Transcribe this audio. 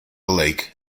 lake